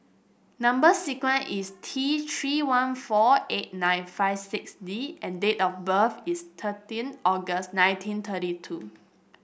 number sequence is T Three one four eight nine five six D and date of birth is thirteen August nineteen thirty two